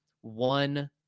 one